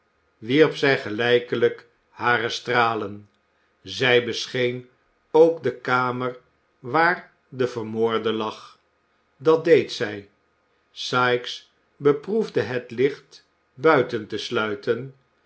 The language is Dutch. wierp zij gelijkelijk hare stralen zij bescheen ook de kamer waar de vermoorde lag dat deed zij sikes beproefde het licht buiten te sluiten